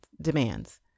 demands